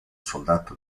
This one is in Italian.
soldato